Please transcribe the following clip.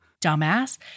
Dumbass